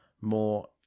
more